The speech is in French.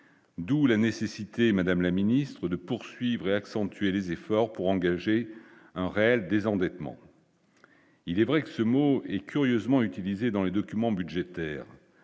d'où la nécessité Madame la Ministre, de poursuivre et accentuer les efforts pour engager un réel désendettement, il est vrai que ce mot est curieusement utilisée dans les documents budgétaires